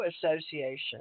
association